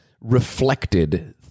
reflected